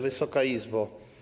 Wysoka Izbo!